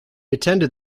attended